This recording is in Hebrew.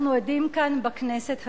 אנחנו עדים כאן, בכנסת הזאת,